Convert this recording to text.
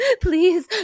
Please